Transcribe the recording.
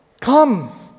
Come